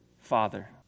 father